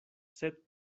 sed